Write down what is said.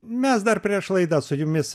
mes dar prieš laidą su jumis